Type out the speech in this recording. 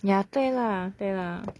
yah 对啦对啦